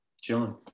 chilling